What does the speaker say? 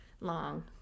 long